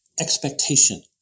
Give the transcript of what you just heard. expectation